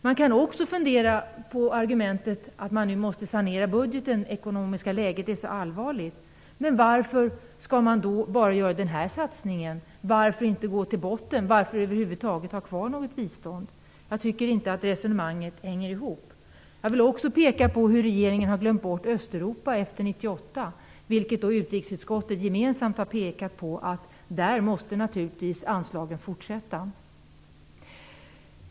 Man kan också fundera på argumentet att man nu måste sanera budgeten. Det ekonomiska läget är så allvarligt. Men varför skall man då bara göra den här satsningen? Varför inte gå till botten? Varför över huvud taget ha kvar något bistånd? Jag tycker inte att resonemanget hänger ihop. Jag vill också peka på hur regeringen har glömt bort Östeuropa efter 1998, något som utrikesutskottet gemensamt har pekat på. Där måste naturligtvis anslagen fortsätta.